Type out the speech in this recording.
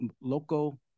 local